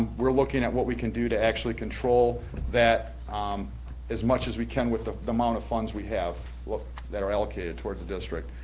we're looking at what we can do to actually control that as much as we can with the amount of funds we have that are allocated towards the district.